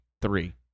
three